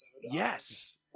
Yes